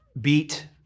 beat